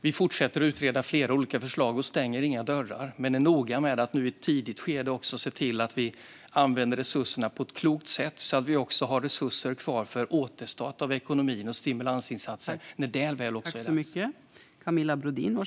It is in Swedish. Vi fortsätter att utreda flera olika förslag och stänger inga dörrar, men vi är noga med att nu i ett tidigt skede se till att vi använder resurserna på ett klokt sätt, så att vi har resurser kvar för återstart av ekonomin och stimulansinsatser.